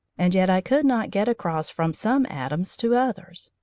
and yet i could not get across from some atoms to others,